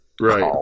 right